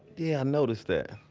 yeah, i noticed that.